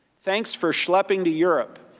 thanks for schlepping to europe.